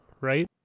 right